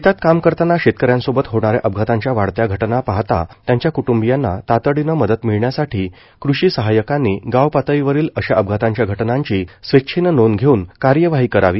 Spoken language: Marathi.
शेतात काम करतांना शेतकऱ्यांसोबत होणाऱ्या अपघाताच्या वाढत्या घटना पाहता त्यांच्या क्टुंबियांना तातडीनं मदत मिळण्यासाठी कृषी सहायकांनी गावपातळीवरील अशा अपघातांच्या घटनांची स्वेच्छेनं नोंद घेवून कार्यवाही करावी